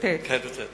33ט. אדוני,